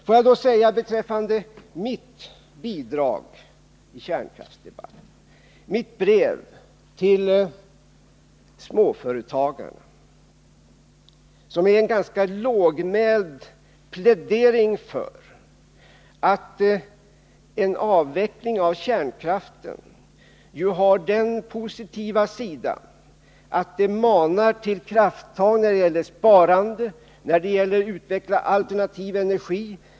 Får jag då hänvisa till mitt bidrag i kärnkraftsdebatten, mitt brev till småföretagarna, som är en ganska lågmäld plädering för att en avveckling av kärnkraften har en positiv sida. Brevet manar till krafttag när det gäller sparande, när det gäller att utveckla alternativ energi.